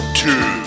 two